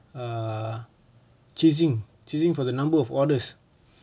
err chasing chasing for the number of orders